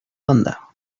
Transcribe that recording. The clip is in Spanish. banda